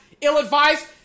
Ill-advised